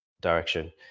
direction